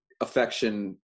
affection